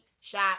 shop